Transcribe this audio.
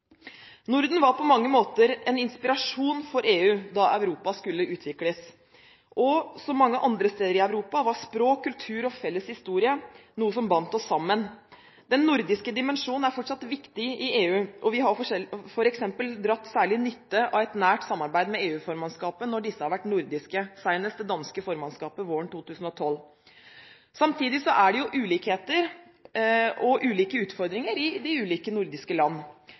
Norden var på mange måter en inspirasjon for EU da Europa skulle utvikles, og som mange andre steder i Europa var språk, kultur og felles historie noe som bandt oss sammen. Den nordiske dimensjonen er fortsatt viktig i EU, og vi har f.eks. dratt særlig nytte av et nært samarbeid med EU-formannskapene når disse har vært nordiske – senest det danske formannskapet våren 2012. Samtidig er det ulikheter og ulike utfordringer i de ulike nordiske land.